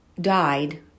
died